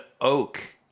oak